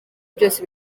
byose